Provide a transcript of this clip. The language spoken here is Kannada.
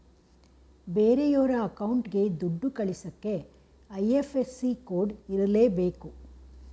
ಬೇರೆಯೋರ ಅಕೌಂಟ್ಗೆ ದುಡ್ಡ ಕಳಿಸಕ್ಕೆ ಐ.ಎಫ್.ಎಸ್.ಸಿ ಕೋಡ್ ಇರರ್ಲೇಬೇಕು